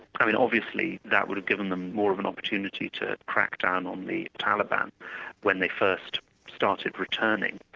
i mean obviously, that would have given them more of an opportunity to crack down on the taliban when they first started returning.